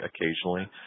occasionally